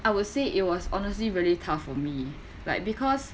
I would say it was honestly really tough for me like because